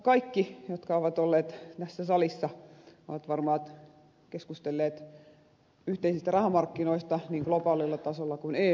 kaikki jotka ovat olleet tässä salissa ovat varmaan keskustelleet yhteisistä rahamarkkinoista niin globaalilla tasolla kuin eu tasolla